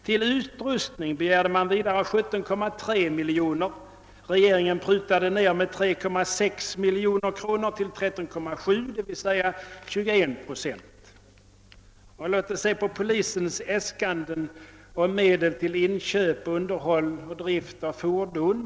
Till utrustning begärde man vidare 17,3 miljoner kronor; regeringen prutade ner med 3,6 miljoner kronor till 13,7, d.v.s. 21 procent. Låt oss se på polisens äskanden om medel till inköp, underhåll och drift av fordon.